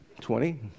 Twenty